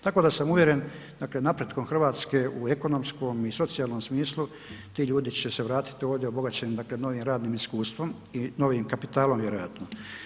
Tako da sam uvjeren dakle napretkom Hrvatske u ekonomskom i socijalnom smislu ti ljudi će se vratiti ovdje obogaćeni dakle novim radnim iskustvom i novim kapitalom vjerojatno.